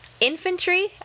Infantry